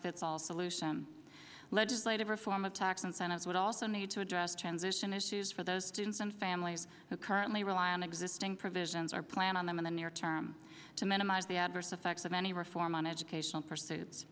fits all solution legislative reform of tax incentives would also need to address transition issues for those students and families who currently rely on existing provisions or plan on them in the near term to minimize the adverse effects of any reform on educational pursuits